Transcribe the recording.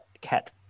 Cat